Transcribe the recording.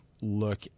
look